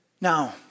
Now